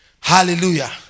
Hallelujah